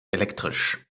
elektrisch